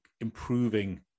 improving